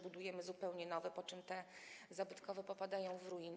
Budujemy zupełnie nowe, po czym te zabytkowe popadają w ruinę.